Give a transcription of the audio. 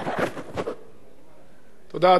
אדוני היושב-ראש, תודה, חברי חברי הכנסת,